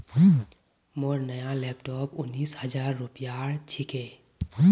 मोर नया लैपटॉप उन्नीस हजार रूपयार छिके